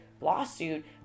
lawsuit